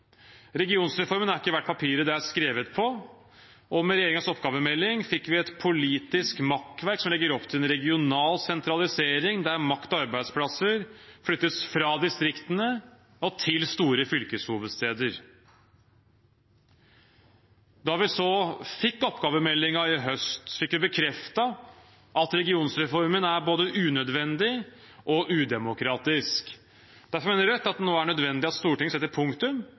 er ikke verdt papiret den er skrevet på, og med regjeringens oppgavemelding fikk vi et politisk makkverk som legger opp til en regional sentralisering der makt og arbeidsplasser flyttes fra distriktene og til store fylkeshovedsteder. Da vi så fikk oppgavemeldingen i høst, fikk vi bekreftet at regionreformen er både unødvendig og udemokratisk. Derfor mener Rødt at det nå er nødvendig at Stortinget setter punktum